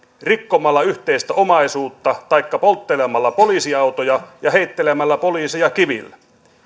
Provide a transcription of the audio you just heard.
rikkomalla yhteistä omaisuutta taikka polttelemalla poliisiautoja ja heittelemällä poliiseja kivillä